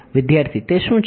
વિદ્યાર્થી તે શું છે